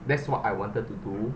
that's what I wanted to do